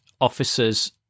officers